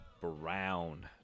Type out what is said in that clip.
brown